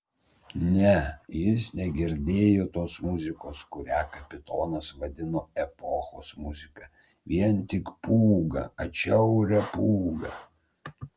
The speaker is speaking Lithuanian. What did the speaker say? ne jis negirdėjo tos muzikos kurią kapitonas vadino epochos muzika vien tik pūgą atšiaurią pūgą